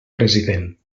president